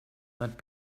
but